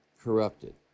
corrupted